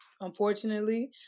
unfortunately